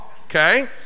okay